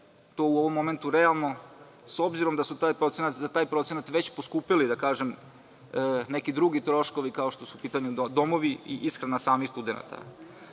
to u ovom momentu realno, s obzirom da su za taj procenat već poskupeli neki drugi troškovi kao što su domovi i ishrana samih studenata.